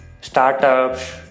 startups